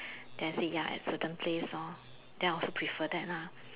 then I said ya at certain place hor then I also prefer that lah